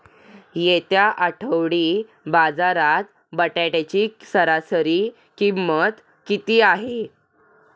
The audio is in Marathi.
येत्या आठवडी बाजारात बटाट्याची सरासरी किंमत किती आहे?